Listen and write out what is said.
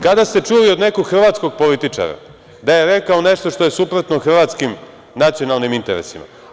Kada ste čuli od nekog hrvatskog političara da je rekao nešto što je suprotno hrvatskim nacionalnim interesa?